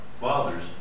father's